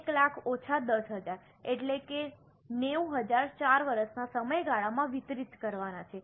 1 લાખ ઓછા 10000 એટલે કે 90000 4 વર્ષના સમયગાળામાં વિતરિત કરવાના છે